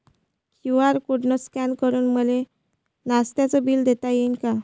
QR code scan करून मले माय नास्त्याच बिल देता येईन का?